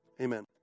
Amen